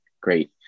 great